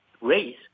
Race